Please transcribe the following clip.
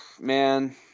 man